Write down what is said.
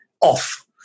off